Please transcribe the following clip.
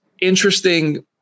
interesting